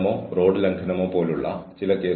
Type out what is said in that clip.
habitual electronic laughing